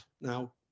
now